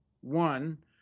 one